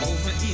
Over